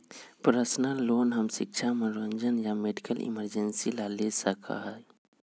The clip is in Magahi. पर्सनल लोन हम शिक्षा मनोरंजन या मेडिकल इमरजेंसी ला ले सका ही